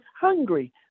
hungry